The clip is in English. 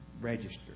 registered